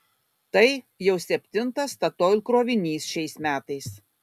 tai jau septintas statoil krovinys šiais metais